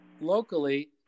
locally